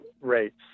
rates